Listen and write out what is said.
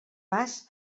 pas